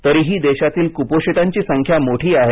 तरीही देशातील कुपोषितांची संख्या मोठी आहे